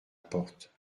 porte